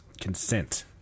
consent